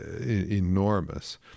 enormous